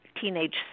teenage